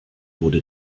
wurde